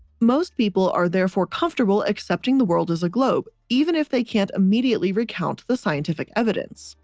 most people are therefore comfortable accepting the world as a globe, even if they can't immediately recount the scientific evidence.